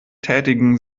tätigen